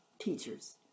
teachers